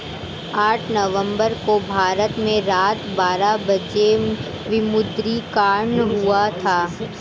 आठ नवम्बर को भारत में रात बारह बजे विमुद्रीकरण हुआ था